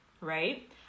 right